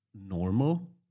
normal